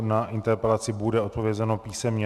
Na interpelaci bude odpovězeno písemně.